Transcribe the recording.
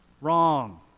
wrong